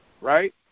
right